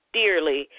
dearly